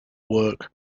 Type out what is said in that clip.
work